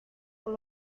por